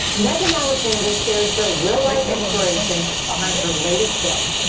megan alexander shares the real life inspiration behind her latest book.